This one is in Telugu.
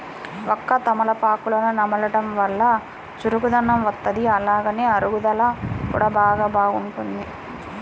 వక్క, తమలపాకులను నమలడం వల్ల చురుకుదనం వత్తది, అలానే అరుగుదల కూడా చానా బాగుంటది